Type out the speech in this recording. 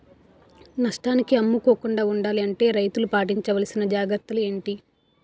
నష్టానికి అమ్ముకోకుండా ఉండాలి అంటే రైతులు పాటించవలిసిన జాగ్రత్తలు ఏంటి